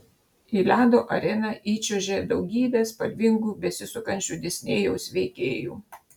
į ledo areną įčiuožė daugybė spalvingų besisukančių disnėjaus veikėjų